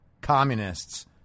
communists